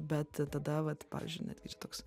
bet tada vat pavyzdžiui netgi čia toks